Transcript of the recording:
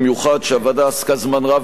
שהוועדה עסקה זמן רב בגיבושו,